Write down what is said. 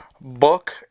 book